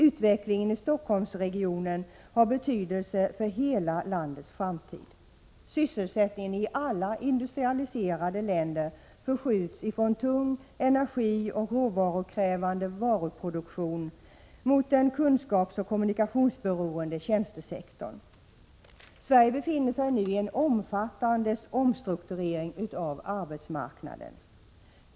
Utvecklingen i Stockholmsregionen har betydelse för hela landets framtid. Sysselsättningen i alla industrialiserade länder förskjuts från tung energioch råvarukrävande varuproduktion mot den kunskapsoch kommunikationsberoende tjänstesektorn. Sverige befinner sig i en omfattande omstrukturering av arbetsmarknaden.